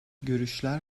görüşler